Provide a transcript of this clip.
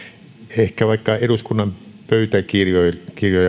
ehkä vaikka eduskunnan pöytäkirjoja